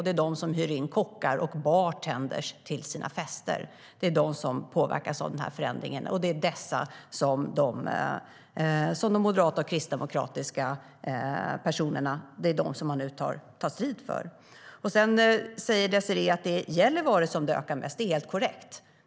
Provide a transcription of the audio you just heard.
Det är de som hyr in kockar och bartendrar till sina fester. Det är de som påverkas av denna förändring, och det är dessa som de moderata och kristdemokratiska personerna nu tar strid för. Désirée Pethrus säger att det är i Gällivare som det ökar mest. Det är helt korrekt.